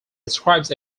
describes